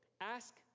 ask